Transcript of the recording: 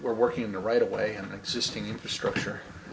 we're working on the right of way and existing infrastructure